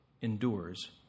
endures